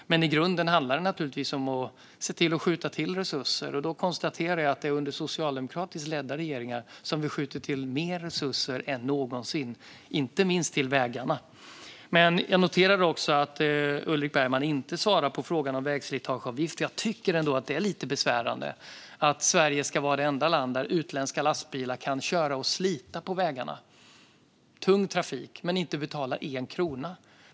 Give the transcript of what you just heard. Men i grunden handlar det naturligtvis om att se till att skjuta till resurser. Då konstaterar jag att det är under socialdemokratiskt ledda regeringar som vi skjuter till mer resurser än någonsin, inte minst till vägarna. Jag noterar att Ulrik Bergman inte svarar på frågan om vägslitageavgift. Jag tycker att det är lite besvärande att Sverige ska vara det enda landet där utländska lastbilar kan köra och slita på vägarna - tung trafik - utan att betala en krona.